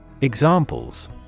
Examples